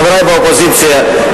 לחברי באופוזיציה,